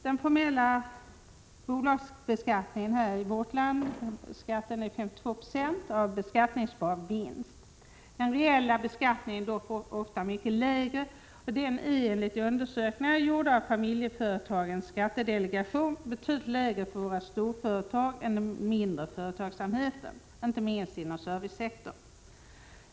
Den formella bolagsskatten är i vårt land 52 20 av den beskattningsbara vinsten. Den reella beskattningen är dock ofta betydligt lägre. Enligt undersökningar gjorda av familjeföretagens skattedelegation är den betydligt lägre för våra storföretag än den är för den mindre företagsamheten, inte minst inom servicesektorn.